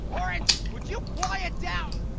orange, would you quiet down.